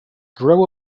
grow